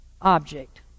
object